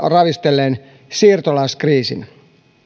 ravistelleen siirtolaiskriisin